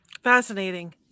fascinating